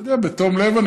זה בתום לב,